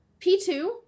P2